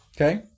Okay